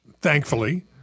thankfully